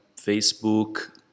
Facebook